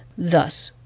thus,